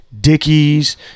dickies